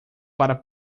para